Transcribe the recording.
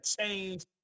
change